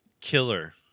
Killer